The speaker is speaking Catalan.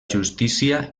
justícia